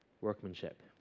workmanship